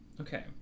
Okay